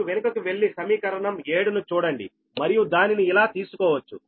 మీరు వెనుకకు వెళ్లి సమీకరణం 7 ని చూడండి మరియు దానిని ఇలా తీసుకోవచ్చు